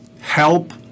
Help